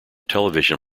television